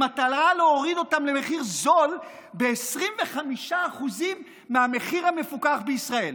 במטרה להוריד אותן למחיר זול ב-25% מהמחיר המפוקח בישראל,